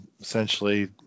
essentially